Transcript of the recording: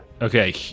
Okay